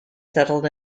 settled